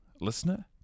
listener